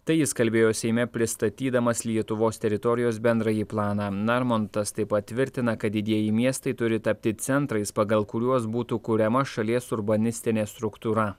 tai jis kalbėjo seime pristatydamas lietuvos teritorijos bendrąjį planą narmontas taip pat tvirtina kad didieji miestai turi tapti centrais pagal kuriuos būtų kuriama šalies urbanistinė struktūra